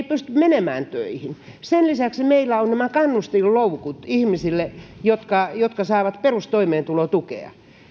pysty menemään töihin sen lisäksi meillä on nämä kannustinloukut ihmisille jotka jotka saavat perustoimeentulotukea